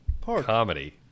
comedy